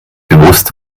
bewusst